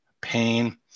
pain